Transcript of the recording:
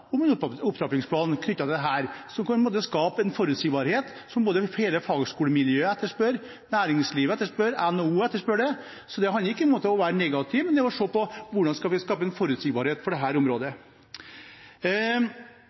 om en opptrappingsplan, knyttet til det å skape en forutsigbarhet som både hele fagskolemiljøet etterspør, næringslivet etterspør og NHO etterspør. Det handler ikke om å være negativ, men om å se på hvordan vi skal skape forutsigbarhet for dette området.